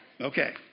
Okay